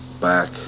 back